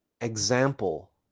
example